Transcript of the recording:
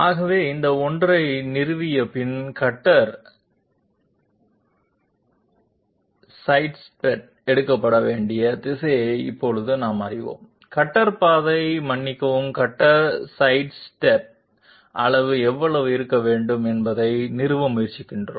ஆகவே இந்த ஒன்றை நிறுவிய பின் கட்டர் சைட்ஸ்டெப் எடுக்கப்பட வேண்டிய திசையை இப்போது நாம் அறிவோம் கட்டர் பாதை மன்னிக்கவும் கட்டர் சைட்ஸ்டெப் அளவு எவ்வளவு இருக்க வேண்டும் என்பதை நிறுவ முயற்சிக்கிறோம்